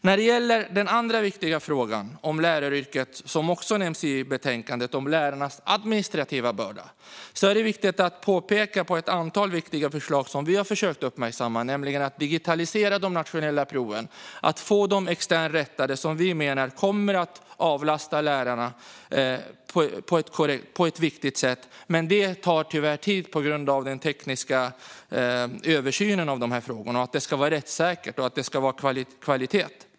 När det gäller den andra viktiga frågan rörande läraryrket som också nämns i betänkandet, nämligen lärarnas administrativa börda, är det viktigt att peka på ett antal viktiga förslag som vi har försökt uppmärksamma: att digitalisera de nationella proven och att få dem externt rättade. Detta menar vi kommer att avlasta lärarna på ett viktigt sätt. Men det tar tyvärr tid på grund av den tekniska översynen av dessa frågor och att det ska ske rättssäkert och med kvalitet.